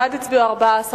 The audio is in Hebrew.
בעד הצביעו 14,